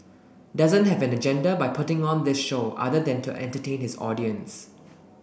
doesn't have an agenda by putting on this show other than to entertain his audience